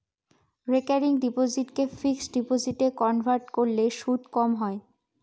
recurring ডিপোসিটকে fixed ডিপোজিটে convert করলে সুদ কম হয়